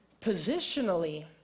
Positionally